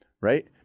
right